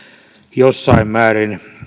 jossain määrin